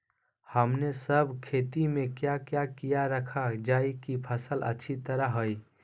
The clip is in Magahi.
हमने सब खेती में क्या क्या किया रखा जाए की फसल अच्छी तरह होई?